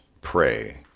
Pray